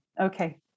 Okay